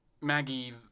Maggie